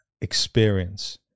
experience